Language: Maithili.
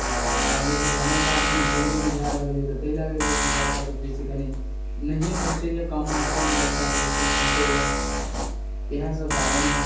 आओर आब जे छै से समय सारिणीमे चेन्ज नहि भऽ रहल अइ तऽ ताहि लऽ कऽ बच्चासभ जे छै से कनि नहिए पहुँचैए कम मात्रामे बच्चासभ इसकुल पहुंँचैए इएहसब कारण अइ